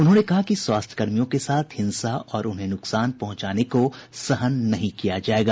उन्होंने कहा कि स्वास्थ्यकर्मियों के साथ हिंसा और उन्हें नुकसान पहुंचाने को सहन नहीं किया जाएगा